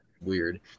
weird